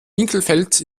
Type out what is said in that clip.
winkelfeld